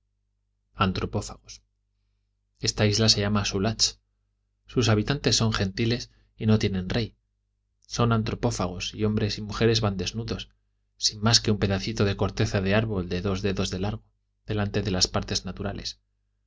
antropófagos esta isla se llama su la sus habitantes son gentiles y no tienen rey son antropófagos y hombres y mujeres van desnudos sin más que un pedacito de corteza de árbol de dos dedos de largo delante de las partes naturales